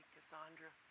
Cassandra